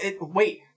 wait